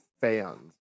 fans